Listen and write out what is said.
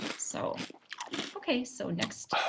so okay so next.